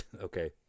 Okay